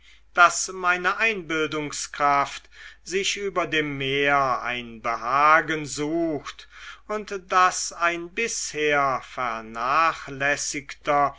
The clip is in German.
daß meine einbildungskraft sich über dem meer ein behagen sucht und daß ein bisher vernachlässigter